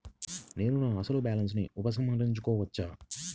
నేను నా అసలు బాలన్స్ ని ఉపసంహరించుకోవచ్చా?